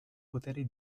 poteri